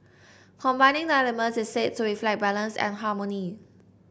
combining the elements is said to reflect balance and harmony